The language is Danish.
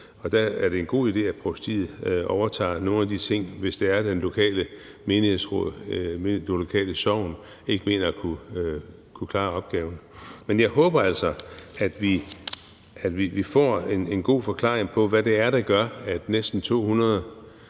og der er det en god idé, at provstiet overtager nogle af de ting, hvis det lokale sogn ikke mener at kunne klare opgaven. Men jeg håber altså, at vi får en god forklaring på, hvad det er, der gør, at næsten 200